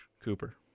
Cooper